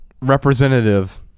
representative